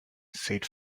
said